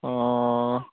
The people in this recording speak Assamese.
অঁ